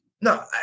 no